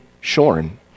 shorn